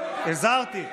הזהרתי.